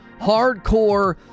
hardcore